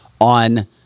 on